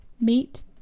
meet